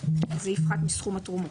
פגיעה בטוהר המידות.